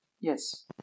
Yes